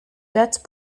date